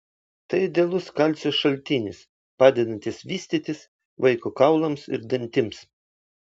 tai idealus kalcio šaltinis padedantis vystytis vaiko kaulams ir dantims